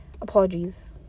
apologies